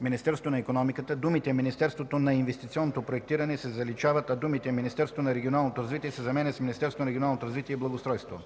Министерството на икономиката”, думите „Министерството на инвестиционното проектиране” се заличават, а думите „Министерството на регионалното развитие” се заменят с „Министерството на регионалното развитие и благоустройството”.